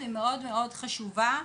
מאוד חשובה.